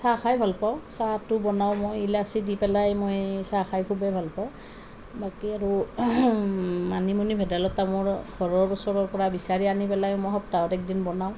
চাহ খাই ভাল পাওঁ চাহটো বনাওঁ মই ইলাচী দি পেলাই মই চাহ খাই খুবেই ভাল পাওঁ বাকী আৰু মানিমুনি ভেদাইলতা মোৰ ঘৰৰ ওচৰৰ পৰা বিচাৰি আনি পেলাই মই সপ্তাহত এদিন বনাওঁ